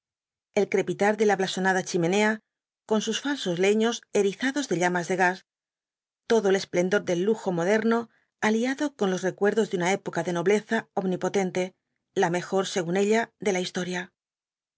el crepitar de la blasonada chimenea con sus falsos leños erizados de llamas de gas todo el esplendor del lujo moderno aliado con los recuerdos de una época de nobleza omnipotente la mejor según ella de la historia